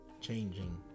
changing